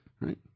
Right